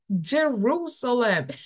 Jerusalem